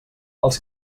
els